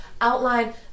outline